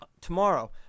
Tomorrow